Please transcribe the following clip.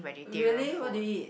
really what do you eat